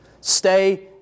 Stay